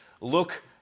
look